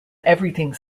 everything